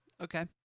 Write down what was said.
Okay